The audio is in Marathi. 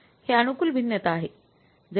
हे अनुकूल भिन्नता आहे